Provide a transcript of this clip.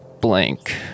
Blank